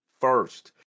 first